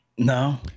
No